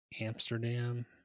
Amsterdam